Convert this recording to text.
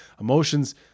Emotions